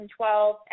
2012